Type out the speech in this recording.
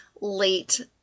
late